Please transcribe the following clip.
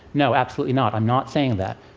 no, absolutely not. i'm not saying that.